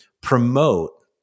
promote